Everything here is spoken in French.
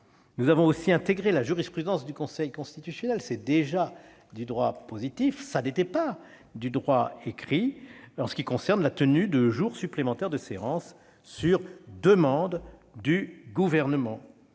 Nous avons aussi intégré la jurisprudence du Conseil constitutionnel- c'est déjà du droit positif, mais ça n'était pas du droit écrit -en ce qui concerne la tenue de jours supplémentaires de séance sur demande du Gouvernement.